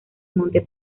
monte